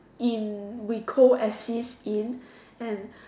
in we go as if in and